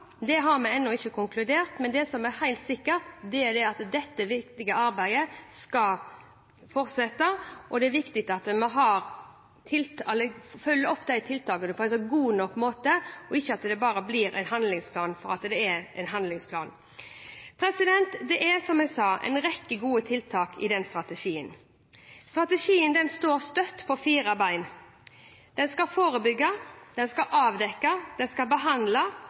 ennå ikke konkludert med. Men det som er helt sikkert, er at dette viktige arbeidet skal fortsette. Det er viktig at vi følger opp tiltakene på en god nok måte – at det ikke bare blir en handlingsplan fordi det er en handlingsplan. Det er som sagt en rekke gode tiltak i strategien. Den står støtt på fire ben: Den skal forebygge,